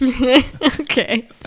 Okay